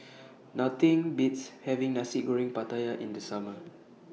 Nothing Beats having Nasi Goreng Pattaya in The Summer